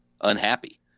unhappy